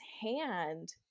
hand